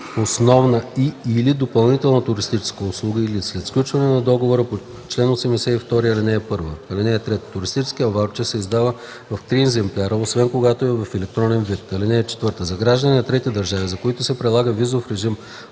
основна и/или допълнителна туристическа услуга или след сключване на договора по чл. 82, ал. 1. (3) Туристическият ваучер се издава в три екземпляра, освен когато е в електронен вид. (4) За граждани на трети държави, за които се прилага визов режим